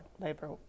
labor